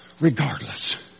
regardless